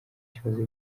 kibazo